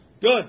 Good